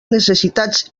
necessitats